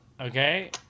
Okay